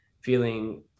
feeling